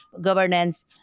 governance